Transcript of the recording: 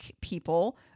people